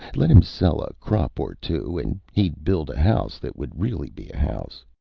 let him sell a crop or two and he'd build a house that would really be a house.